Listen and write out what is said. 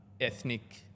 ethnic